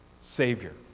Savior